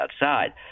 outside